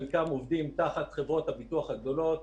חלקם עובדים תחת חברות הביטוח הגדולות,